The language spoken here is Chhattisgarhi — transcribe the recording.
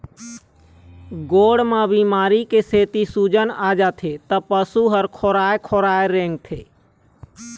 गोड़ म बेमारी के सेती सूजन आ जाथे त पशु ह खोराए खोराए रेंगथे